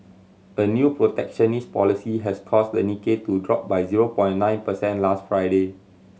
a new protectionist policy has caused the Nikkei to drop by zero point nine percent last Friday